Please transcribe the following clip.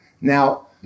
Now